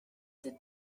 did